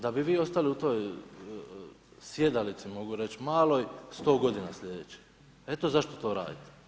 Da bi vi ostali u toj sjedalici mogu reći maloj 100 godina sljedećih, eto zašto to radite.